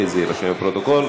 זה יירשם בפרוטוקול.